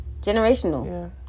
Generational